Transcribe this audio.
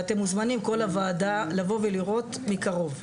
ואתם מוזמנים כל הוועדה לבוא ולראות מקרוב.